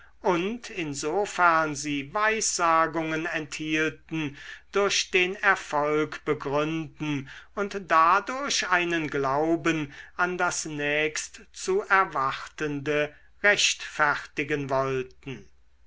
insofern sie weissagungen enthielten durch den erfolg begründen und dadurch einen glauben an das nächstzuerwartende rechtfertigen wollten